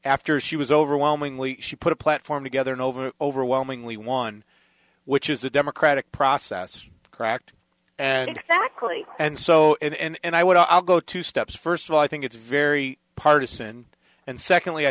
after she was overwhelmingly she put a platform together over overwhelmingly one which is the democratic process is cracked and exactly and so and i would i'll go two steps first of all i think it's very partisan and secondly i